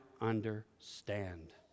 understand